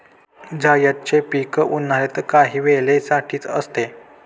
जायदचे पीक उन्हाळ्यात काही वेळे साठीच असते